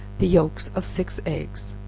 the yelks of six eggs,